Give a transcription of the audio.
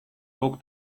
guk